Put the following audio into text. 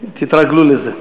תתרגלו לזה.